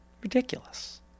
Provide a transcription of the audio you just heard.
Ridiculous